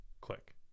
click